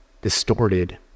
distorted